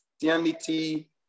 Christianity